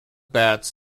bats